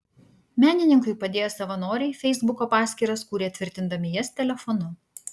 menininkui padėję savanoriai feisbuko paskyras kūrė patvirtindami jas telefonu